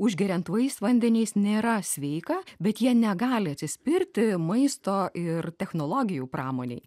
užgeriant vaisvandeniais nėra sveika bet jie negali atsispirti maisto ir technologijų pramonei